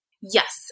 Yes